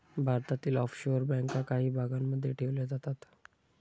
भारतातील ऑफशोअर बँका काही भागांमध्ये ठेवल्या जातात